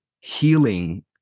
healing